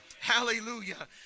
hallelujah